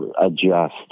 adjust